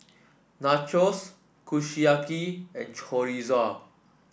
Nachos Kushiyaki and Chorizo